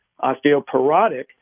osteoporotic